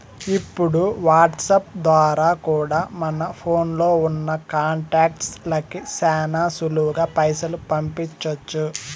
ఇప్పుడు వాట్సాప్ ద్వారా కూడా మన ఫోన్లో ఉన్నా కాంటాక్ట్స్ లకి శానా సులువుగా పైసలు పంపించొచ్చు